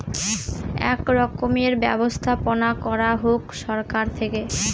এক রকমের ব্যবস্থাপনা করা হোক সরকার থেকে